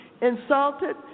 insulted